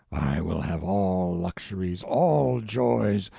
i will have all luxuries, all joys,